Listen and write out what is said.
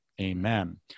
Amen